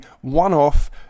one-off